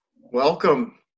welcome